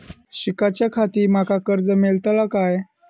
शिकाच्याखाती माका कर्ज मेलतळा काय?